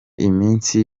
iminsi